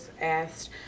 asked